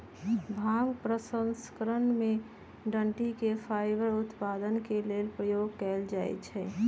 भांग प्रसंस्करण में डनटी के फाइबर उत्पादन के लेल प्रयोग कयल जाइ छइ